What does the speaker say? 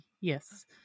yes